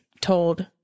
told